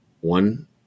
one